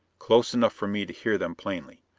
close enough for me to hear them plainly.